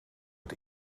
het